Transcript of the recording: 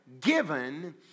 given